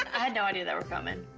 i had no idea they were coming.